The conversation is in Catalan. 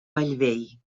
bellvei